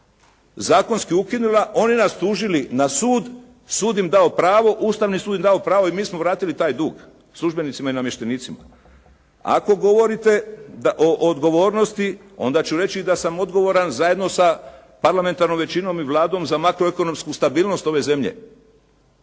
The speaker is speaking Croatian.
zakonski ukinula, oni nas tužili na sud, sud im dao pravo, ustavni sud im dao pravo i mi smo vratili taj dug službenicima i namještenicima. Ako govorite o odgovornosti, onda ću reći da sam odgovoran zajedno sa parlamentarnom većinom i Vladom za makroekonomsku stabilnost ove zemlje,